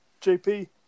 JP